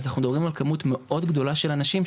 אז אנחנו מדברים על כמות מאוד גדולה של אנשים,